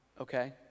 okay